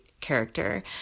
character